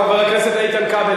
חבר הכנסת איתן כבל,